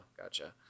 gotcha